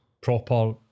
proper